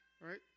Right